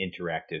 interactive